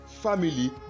family